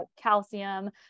calcium